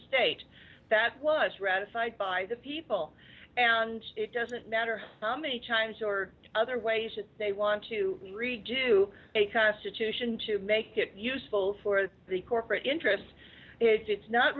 state that was ratified by the people and it doesn't matter how many times or other ways they want to redo the constitution to make it useful for the corporate interests it's